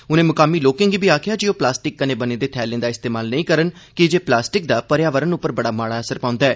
उनें मुकामी लोकें गी आखेआ जे ओह प्लास्टिक कन्नै बने दे थैलें दा इस्तेमाल नेई करन कीजे प्लास्टिक दा प्र्यावरण उप्पर बड़ा माड़ा असर पौंदा ऐ